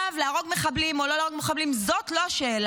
להרוג מחבלים או לא להרוג מחבלים זאת לא השאלה.